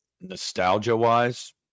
nostalgia-wise